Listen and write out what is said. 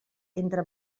entre